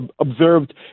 observed